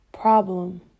problem